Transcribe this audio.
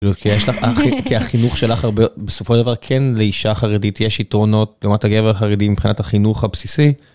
כי יש לך... כי החינוך שלך הרבה יו... בסופו של דבר כן לאישה חרדית יש יתרונות לעומת גבר חרדי מבחינת החינוך הבסיסי.